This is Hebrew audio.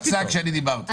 היא קפצה כשאני דיברתי.